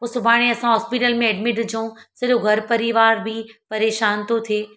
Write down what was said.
पोइ सुभाणे असां हॉस्पिटल में एडमिट हुजऊं सॼो घरु परिवार बि परेशान थो थिए